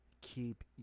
Keep